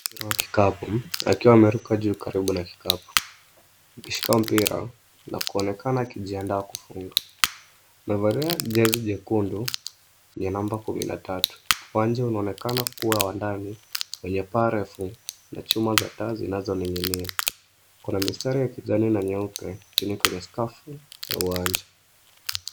Anacheza mpira wa kikapu, ameruka juu karibu na kikapu. ameshika mpira na kujitayarisha kufunga. Amevalia jezi nyekundu yenye nambari kumi na tatu. Uwanja unaonekana kuwa wa ndani wenye paa refu, na chuma za taa zinazoning'inia.